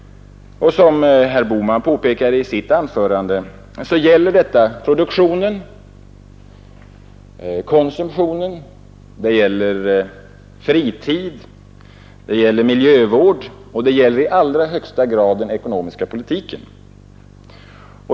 Som herr Bohman påpekade i sitt anförande gäller detta produktion, konsumtion, fritid, miljövård, och i allra högsta grad den ekonomiska politiken.